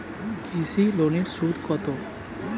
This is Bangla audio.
কৃষি লোনের সুদ কত?